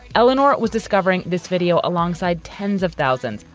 eleanor was discovering this video alongside tens of thousands,